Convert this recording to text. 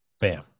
Bam